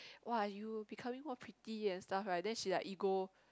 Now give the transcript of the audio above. !wah! you becoming more pretty and stuff like then she like ego